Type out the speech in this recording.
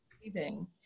breathing